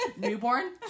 newborn